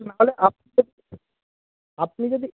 না হলে আপনি যদি